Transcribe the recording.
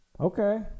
Okay